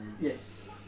Yes